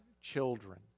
children